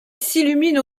s’illumine